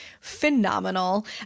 phenomenal